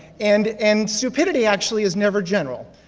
and and stupidity actually is never general.